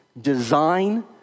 design